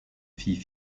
fille